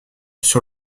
sur